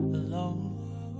alone